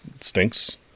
stinks